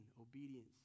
obedience